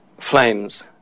flames